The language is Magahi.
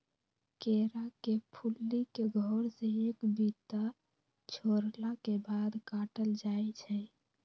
केरा के फुल्ली के घौर से एक बित्ता छोरला के बाद काटल जाइ छै